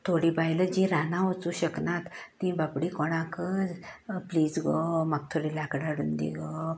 थोडीं बायलां जीं रानां वचूं शकनात ती बाबडीं कोणाकय प्लिज गो म्हाका थोडीं लांकडां हाडून दी गो